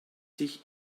sich